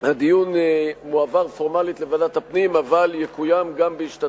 הדיון מועבר פורמלית לוועדת הפנים אבל הוא יתקיים גם בהשתתפות,